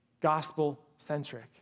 gospel-centric